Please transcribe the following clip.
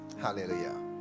Hallelujah